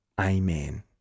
Amen